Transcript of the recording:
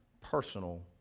personal